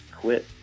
quit